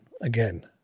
Again